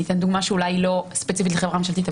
אני אתן דוגמה שהיא אולי לא ספציפית לחברה ממשלתית,